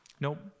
Nope